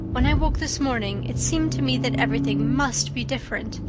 when i woke this morning it seemed to me that everything must be different.